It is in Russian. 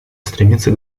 стремиться